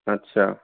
अच्छा